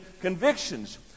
convictions